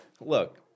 Look